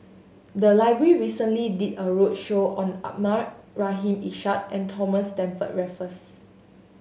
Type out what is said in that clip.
the library recently did a roadshow on Abdul Rahim Ishak and Thomas Stamford Raffles